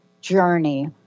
journey